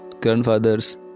grandfathers